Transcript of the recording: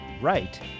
right